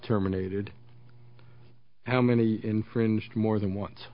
terminated how many infringed more than once